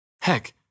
Heck